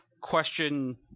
question